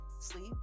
sleep